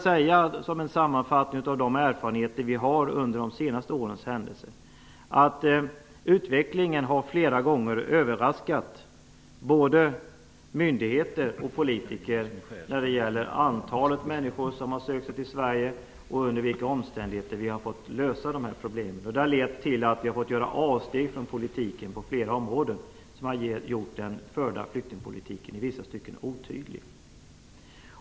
Som en sammanfattning av våra erfarenheter av de senaste årens händelser kan sägas att utvecklingen flera gånger har överraskat både myndigheter och politiker när det gäller antalet människor som har sökt sig till Sverige och under vilka omständigheter som vi har fått lösa dessa problem. Det har lett till att vi har fått göra avsteg från vår politik på flera områden, varigenom den förda flyktingpolitiken i vissa stycken blivit otydlig.